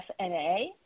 FNA